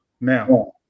Now